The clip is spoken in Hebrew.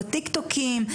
בטיקטוקים,